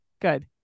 Good